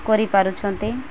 କରିପାରୁଛନ୍ତି